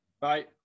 Bye